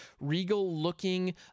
regal-looking